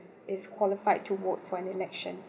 is qualified to vote for an election